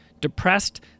depressed